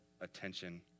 attention